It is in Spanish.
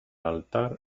altar